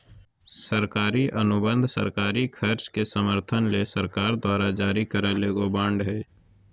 सरकारी अनुबंध सरकारी खर्च के समर्थन ले सरकार द्वारा जारी करल एगो बांड हय